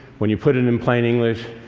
when you put it in plain english,